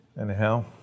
anyhow